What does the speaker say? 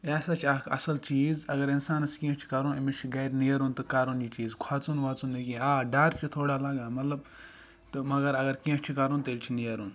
یہِ ہَسا چھُ اکھ اَصل چیٖز اَگَر اِنسانَس کینٛہہ چھُ کَرُن أمِس چھُ گَرٕ نیرُن تہٕ کَرُن یہِ چیٖز کھۄژُن وۄژُن نہٕ کینٛہہ آ ڈَر چھُ تھوڑا لَگان مَطلَب مَگَر اَگَر کینٛہہ چھُ کَرُن تیٚلہِ چھُ نیرُن